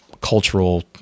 cultural